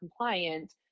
compliant